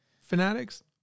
fanatics